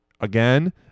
again